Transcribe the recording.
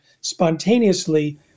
spontaneously